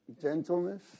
gentleness